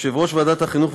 יושב-ראש ועדת החינוך,